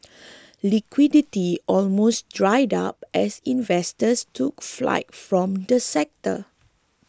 liquidity almost dried up as investors took flight from the sector